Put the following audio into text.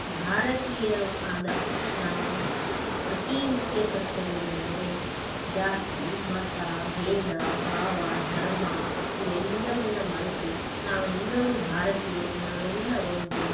ಭಾರತೀಯರು ಆದ ನಾವು ಅತೀ ಮುಖ್ಯ ಕರ್ತವ್ಯವೆಂದರೆ ಜಾತಿ ಮತ ಭೇದ ಭಾವ ಧರ್ಮ ಇವೆಲ್ಲವನ್ನು ಮರೆತು ನಾವೆಲ್ಲರು ಭಾರತೀಯರು ನಾವೆಲ್ಲ ಒಂದು